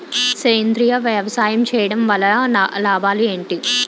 సేంద్రీయ వ్యవసాయం చేయటం వల్ల లాభాలు ఏంటి?